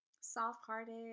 soft-hearted